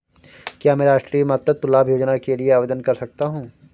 क्या मैं राष्ट्रीय मातृत्व लाभ योजना के लिए आवेदन कर सकता हूँ?